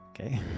Okay